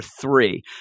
three